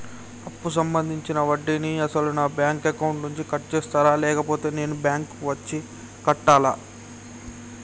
అప్పు సంబంధించిన వడ్డీని అసలు నా బ్యాంక్ అకౌంట్ నుంచి కట్ చేస్తారా లేకపోతే నేను బ్యాంకు వచ్చి కట్టాలా?